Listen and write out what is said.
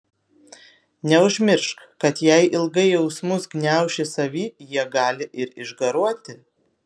neužmiršk kad jei ilgai jausmus gniauši savy jie gali ir išgaruoti